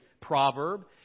proverb